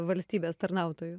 valstybės tarnautoju